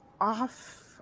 off